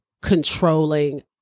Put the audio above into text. controlling